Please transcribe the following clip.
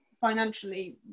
financially